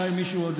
אולי מישהו עוד